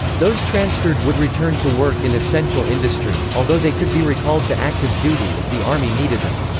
those transferred would return to work in essential industry, although they could be recalled to active duty if the army needed them.